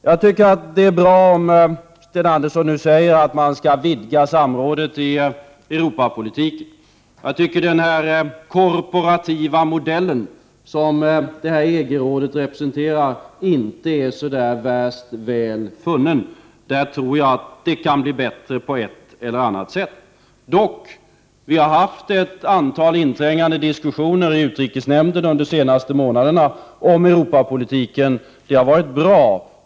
Jag tycker att det är bra att Sten Andersson nu säger att man skall vidga samrådet i Europapolitiken. Jag tycker att den korporativa modell som EG-rådet representerar inte är så värst väl funnen. Jag tror att det kan bli bättre på ett eller annat sätt. Vi har dock under de senaste månaderna haft ett antal inträngande diskussioner i utrikesnämnden om Europapolitiken, vilket är bra.